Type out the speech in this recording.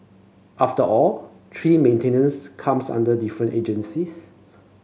after all tree maintenance comes under different agencies